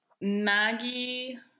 maggie